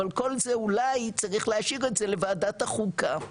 אבל כל זה אולי צריך להשאיר את זה לוועדת החוקה.